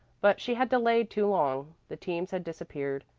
but she had delayed too long the teams had disappeared.